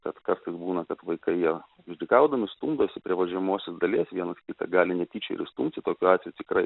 kad kartais būna kad vaikai jie išdykaudami stumdosi prie važiuojamosios dalies vienas kitą gali netyčia ir įstumti tokiu atveju tikrai